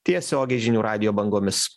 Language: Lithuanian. tiesiogiai žinių radijo bangomis